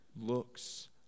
looks